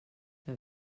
que